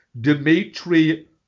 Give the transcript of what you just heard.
Dimitri